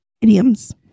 Idioms